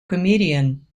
comedian